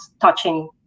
touching